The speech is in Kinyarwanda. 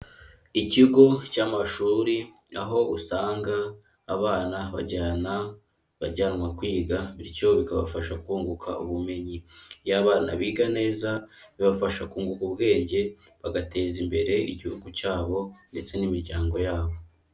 Ikigo cy'amashuri aho usanga abana bajyana bajyanwa kwiga bityo bikabafasha kunguka ubumenyi, iyo abana biga neza bibafasha kunguka ubwenge bagateza imbere igihugu cyabo ndetse n'imiryango yabo.